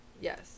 Yes